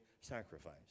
sacrifice